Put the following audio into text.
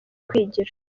kwigira